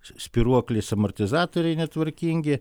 spyruoklės amortizatoriai netvarkingi